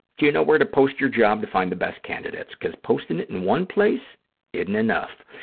do you know where to post your job to find the best candidates? because posting it in one place isn't enough.